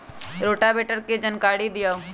Rotavator के जानकारी दिआउ?